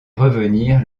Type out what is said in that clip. revenir